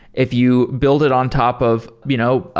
if you build it on top of you know